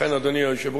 לכן, אדוני היושב-ראש,